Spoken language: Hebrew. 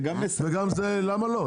למה לא?